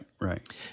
right